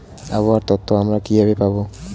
আবহাওয়ার তথ্য আমরা কিভাবে পাব?